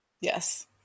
yes